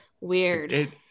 Weird